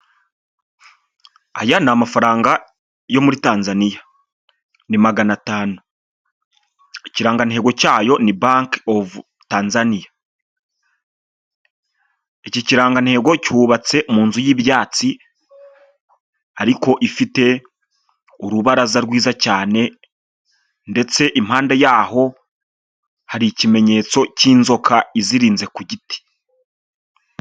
Aya ni amafaranga yo muri Tanzania ni magana atanu, ikirangantego cyayo ni banke ofu Tanzania, iki kirangantego cyubatse mu nzu y'ibyatsi, ariko ifite urubaraza rwiza cyane, ndetse impande yaho hari ikimenyetso cy'inzoka izirinze ku giti.